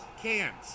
Cans